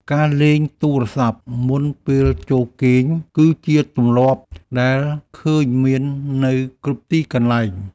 ការលេងទូរស័ព្ទមុនពេលចូលគេង គឺជាទម្លាប់ដែលឃើញមាននៅគ្រប់ទីកន្លែង។